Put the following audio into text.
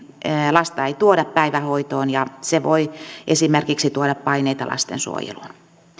lasta ei tuoda päivähoitoon ja se voi tuoda paineita esimerkiksi lastensuojeluun